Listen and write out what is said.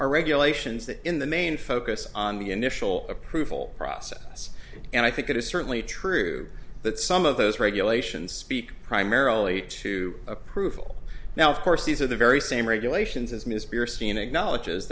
are regulations that in the main focus on the initial approval process and i think it is certainly true that some of those regulations speak primarily to approval now of course these are the very same regulations as ms beer seen acknowledge